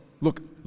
look